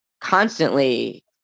constantly